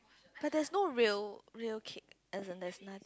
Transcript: but there's no real real cake as in there's